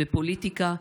בפוליטיקה,